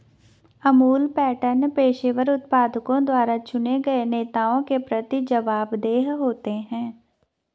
Amul pattern पेशेवर उत्पादकों द्वारा चुने गए नेताओं के प्रति जवाबदेह होते हैं